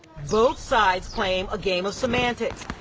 both sides playing a game of semantics.